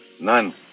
None